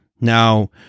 Now